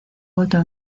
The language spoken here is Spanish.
vuelto